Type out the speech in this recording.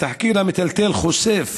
התחקיר המטלטל חושף